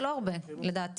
זה לא הרבה לדעתי,